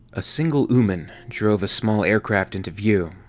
a single ooman drove a small aircraft into view,